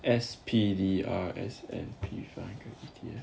S_P_D_R S&P five hundred E_T_F